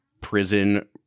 prison